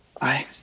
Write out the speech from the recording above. Bye